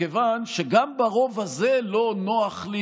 מכיוון שגם ברוב הזה לא נוח לי,